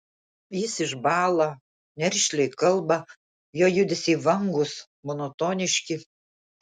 jis išbąla nerišliai kalba jo judesiai vangūs monotoniški